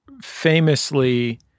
famously –